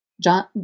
John